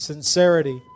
sincerity